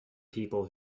people